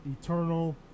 eternal